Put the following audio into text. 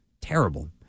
terrible